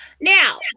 Now